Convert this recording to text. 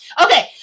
okay